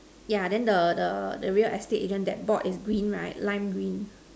yeah the the the real estate agent that board is green right lime green